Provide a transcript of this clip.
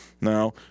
now